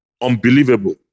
Unbelievable